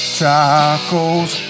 tacos